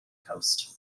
coast